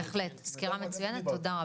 בהחלט סקירה מצוינת, תודה רבה.